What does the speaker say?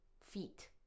feet